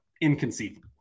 inconceivable